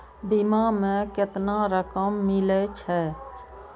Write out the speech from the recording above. बीमा में केतना रकम मिले छै?